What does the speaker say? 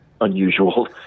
unusual